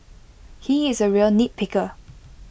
he is A real nitpicker